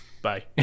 Bye